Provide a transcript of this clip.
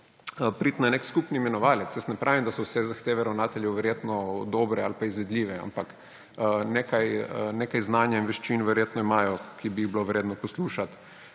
priti na nek skupni imenovalec. Ne pravim, da so vse zahteve ravnateljev verjetno dobre ali izvedljive, ampak nekaj znanja in veščin verjetno imajo, ki bi jih bilo vredno poslušati,